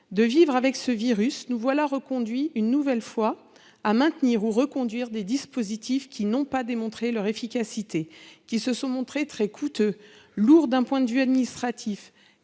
de vivre avec ce virus, nous voilà amenés, une nouvelle fois, à maintenir ou reconduire des dispositifs qui n'ont pas démontré leur efficacité, qui se sont montrés très coûteux, lourds d'un point de vue administratif,